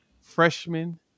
freshman